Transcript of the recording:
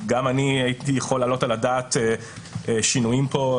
גם אני הייתי יכול להעלות על הדעת שינויים פה,